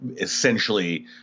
essentially